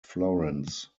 florence